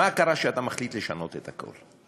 מה קרה שאתה מחליט לשנות את הכול?